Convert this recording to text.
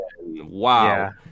Wow